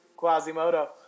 Quasimodo